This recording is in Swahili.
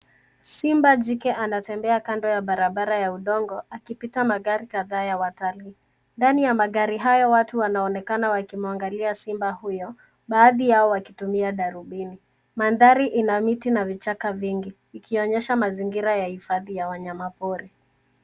Simba jike anatembea kando ya barabara ya udongo akipita magari kadhaa ya watalii. Ndani ya magari hayo watu wanaonekana wakimwangalia simba huyo, baadhi yao wakitumia darubini. Mandhari ina miti na vichaka vingi, ikionyesha mazingira ya hifadhi ya wanyama pori.